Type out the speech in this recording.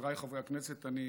חבריי חברי הכנסת, אני